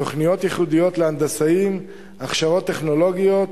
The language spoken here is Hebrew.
תוכניות ייחודיות להנדסאים, הכשרות טכנולוגיות,